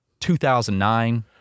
2009